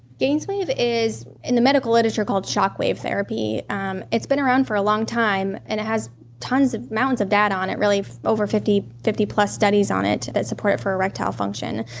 gainswave is, in the medical literature called shockwave therapy. um it's been around for a long time, and it has tons of, mountains of, data on it, really over fifty fifty plus studies on it that support it for erectile function.